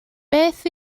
beth